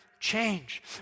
change